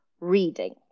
reading